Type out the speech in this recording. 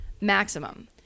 Maximum